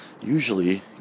usually